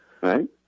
right